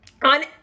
On